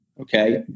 okay